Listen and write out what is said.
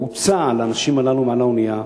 הרי הוצע לאנשים הללו, שעל האונייה,